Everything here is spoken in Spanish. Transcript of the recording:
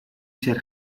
ser